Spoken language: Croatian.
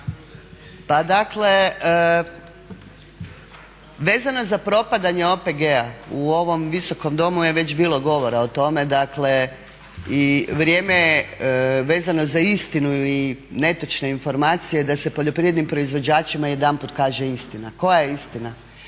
Pa dakle vezano za propadanje OPG-a u ovom Visokom domu je već bilo govora o tome dakle i vrijeme je vezano za istinu i netočne informacije da se poljoprivrednim proizvođačima jedanput kaže istina. Koja istina?